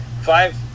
five